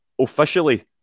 officially